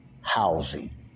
housing